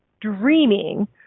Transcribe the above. dreaming